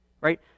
right